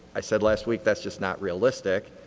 i said last week, that's just not realistic.